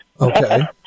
Okay